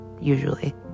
usually